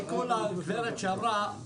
בתיקון הגברת שאמרה,